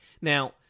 now